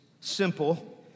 simple